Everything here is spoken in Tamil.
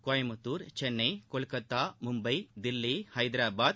கோயம்புத்தூர் சென்னை கொல்கத்தா மும்பை தில்லி ஐதராபாத்